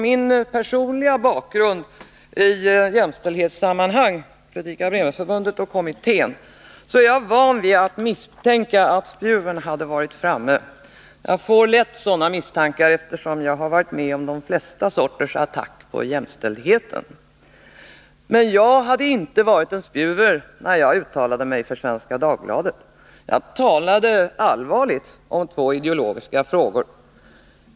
Min personliga bakgrund i jämställdhetssammanhang — Fredrika Bremerförbundet och jämställdhetskommittén — gjorde mig benägen att misstänka att spjuvern hade varit framme. Jag får lätt sådana misstankar, eftersom jag har varit med om de flesta sorters attacker på jämställdheten. Men jag var inte en spjuver när jag uttalade mig för Svenska Dagbladet. Jag talade allvarligt om två ideologiska frågor.